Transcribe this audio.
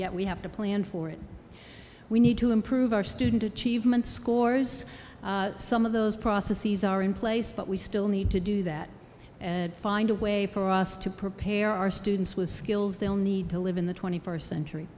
yet we have to plan for it we need to improve our student achievement scores some of those processes are in place but we still need to do that and find a way for us to prepare our students with skills they'll need to live in the twenty first century